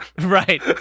right